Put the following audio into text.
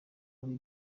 kuri